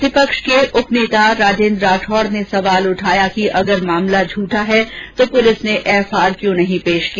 प्रतिपक्ष के उपनेता राजेन्द्र राठौड़ ने सवाल उठाया कि अगर मामला झूठा है तो पुलिस ने एफआर क्यों नहीं पेश की